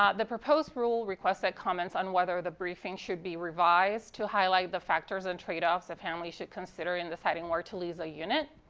um the proposed rule requested comments on whether the briefing should be revised to highlight the factors and tradeoffs a family should consider in deciding whether to leave the unit,